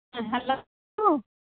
hello ᱚᱯᱩ